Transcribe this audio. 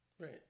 Right